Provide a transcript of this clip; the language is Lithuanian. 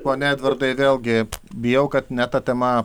pone edvardai vėlgi bijau kad ne ta tema